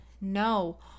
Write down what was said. no